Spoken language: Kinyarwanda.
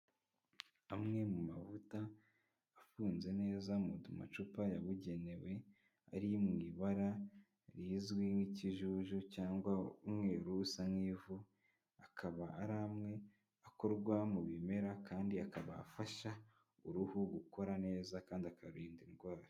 Amwe mu mavuta afunze neza mu macupa yabugenewe, ari mu ibara rizwi nk'ikijuju cyangwa umweru usa nk'ivu, akaba hari amwe akorwa mu bimera kandi akaba afasha uruhu gukora neza kandi akarurinda indwara.